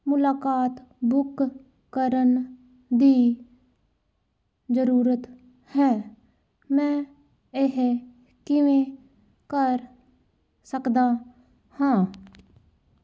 ਮੁਲਾਕਾਤ ਬੁੱਕ ਕਰਨ ਦੀ ਜ਼ਰੂਰਤ ਹੈ ਮੈਂ ਇਹ ਕਿਵੇਂ ਕਰ ਸਕਦਾ ਹਾਂ